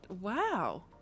Wow